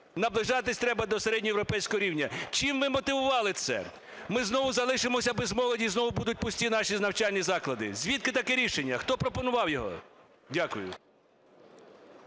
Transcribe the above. наближатись треба до середньоєвропейського рівня. Чим ми мотивували це? Ми знову залишимося без молоді і знову будуть пусті наші начальні заклади. Звідки таке рішення, хто пропонував його? Дякую.